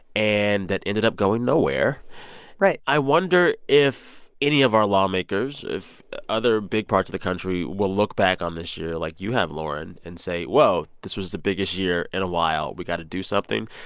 and that ended up going nowhere right i wonder if any of our lawmakers if other big parts of the country will look back on this like you have lauren and say, whoa, this was the biggest year in a while. we've got to do something.